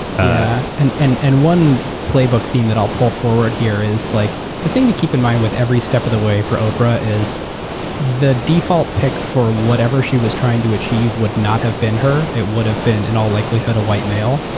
ah and and and one playbook theme that i'll pull forward here is like the thing to keep in mind with every step of the way for oprah is the default pick for whatever she was trying to achieve would not have been her, it would have been in all likelihood a white male.